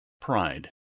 pride